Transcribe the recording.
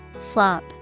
Flop